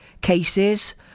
cases